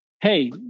hey